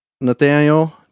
Nathaniel